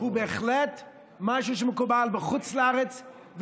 הוא בהחלט משהו שמקובל בחוץ לארץ,